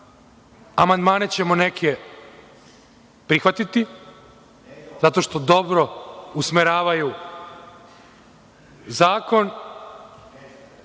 amandmane ćemo neke prihvatiti zato što dobro usmeravaju zakon,